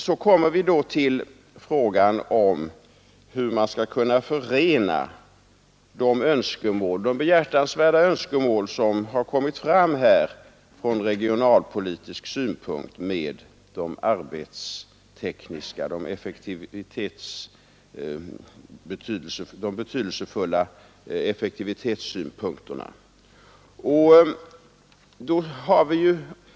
Vi kommer då till frågan om hur man skall kunna förena de ur regionalpolitisk synvinkel behjärtansvärda önskemålen med de betydelsefulla effektivitetssynpunkterna.